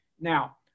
Now